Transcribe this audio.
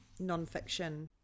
nonfiction